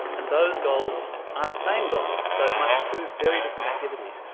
and those goals aren't the same goal, so it might be two very different activities,